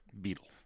Beetle